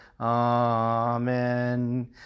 Amen